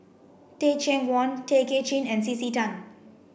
Teh Cheang Wan Tay Kay Chin and C C Tan